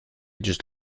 just